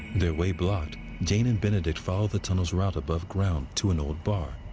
their way blocked, jane and benedict follow the tunnel's route above ground, to an old bar.